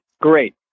great